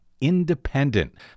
independent